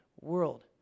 world